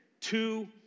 two